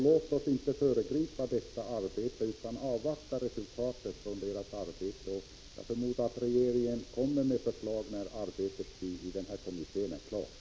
Låt oss inte föregripa detta arbete utan avvakta resultatet av det. Jag förmodar att regeringen kommer med förslag när arbetet i kommittén är klart.